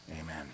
Amen